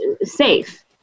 safe